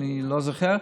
אני לא זוכר,